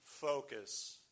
focus